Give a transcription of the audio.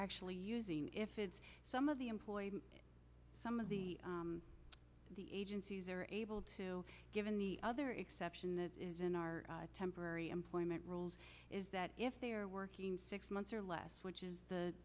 actually using if it's some of the employed some of the the agencies are able to given the other exception that is in our temporary employment roles is that if they are working six months or less which is the